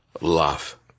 love